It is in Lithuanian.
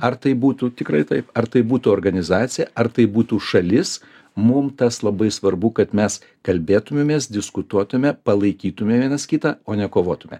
ar tai būtų tikrai taip ar tai būtų organizacija ar tai būtų šalis mum tas labai svarbu kad mes kalbėtumėmės diskutuotume palaikytume vienas kitą o nekovotume